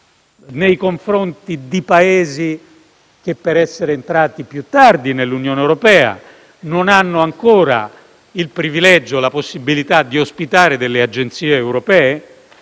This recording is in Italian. nei confronti di Paesi che, essendo entrati più tardi nell'Unione europea, non hanno ancora il privilegio e la possibilità di ospitare delle agenzie europee,